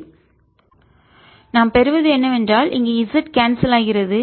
F14π0qz0R2π0drz2r2320z200Rdrz2r232 Let rztan θ F0z200tan 1Rzzsec2θdθz3sec3 நாம் பெறுவது என்னவென்றால் இங்கே z கான்செல் ஆகிறது